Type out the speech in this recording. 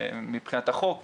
מבחינת החוק וכו'.